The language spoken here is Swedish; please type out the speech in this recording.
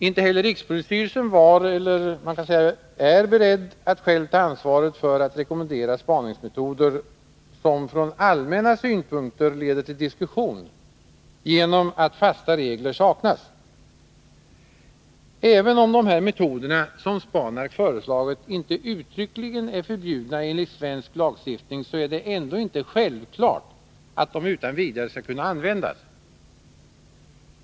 Inte heller rikspolisstyrelsen var eller är beredd att själv ta ansvaret för att rekommendera spaningsmetoder som från allmänna synpunkter leder till diskussion genom att fasta regler saknas. Även om de metoder som Spanark föreslagit inte uttryckligen är förbjudna enligt svensk lagstiftning, är det ändå inte självklart att de utan vidare skall kunna användas.